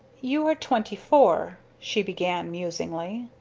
you are twenty-four, she began, musingly.